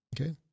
Okay